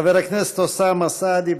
חבר הכנסת אוסאמה סעדי,